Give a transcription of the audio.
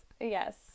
Yes